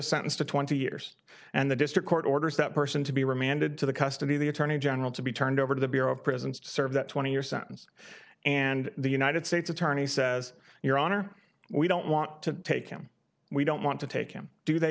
sentenced to twenty years and the district court orders that person to be remanded to the custody of the attorney general to be turned over to the bureau of prisons to serve that twenty year sentence and the united states attorney says your honor we don't want to take him we don't want to take him do they